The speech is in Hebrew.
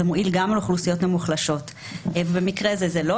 מועיל גם לאוכלוסיות המוחלשות ובמקרה הזה זה לא.